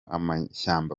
amashyamba